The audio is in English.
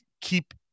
keep